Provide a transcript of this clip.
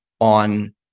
on